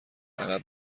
عقب